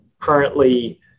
currently